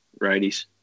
righties